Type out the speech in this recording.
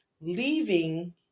leaving